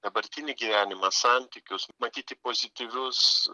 dabartinį gyvenimą santykius matyti pozityvius